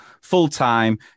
full-time